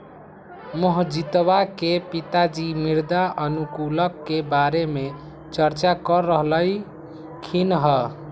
मोहजीतवा के पिताजी मृदा अनुकूलक के बारे में चर्चा कर रहल खिन हल